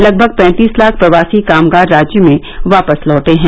लगभग पैंतीस लाख प्रवासी कामगार राज्य में वापस लौटे हैं